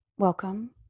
Welcome